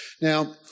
Now